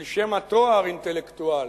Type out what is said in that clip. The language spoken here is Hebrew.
של שם התואר "אינטלקטואל".